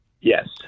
Yes